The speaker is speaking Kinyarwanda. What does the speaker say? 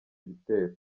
ibitero